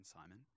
Simon